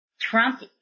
Trump